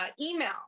email